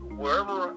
wherever